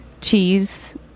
cheese